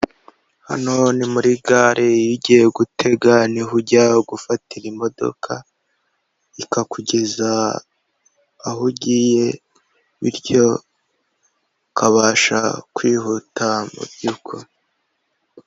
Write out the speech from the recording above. Hano ni muri gare iyo ugiye gutega niho ujya gufatira imodoka, ikakugeza aho ugiye bityo ukabasha kwihuta mu byo ukora.